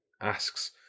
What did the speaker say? asks